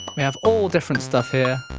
we have all different stuff here